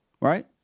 right